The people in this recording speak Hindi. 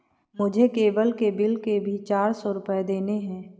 मुझे केबल के बिल के भी चार सौ रुपए देने हैं